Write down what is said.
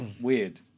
weird